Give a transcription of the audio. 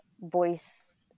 voice